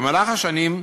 במהלך השנים,